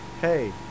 Hey